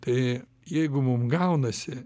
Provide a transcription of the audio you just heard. tai jeigu mum gaunasi